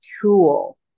tool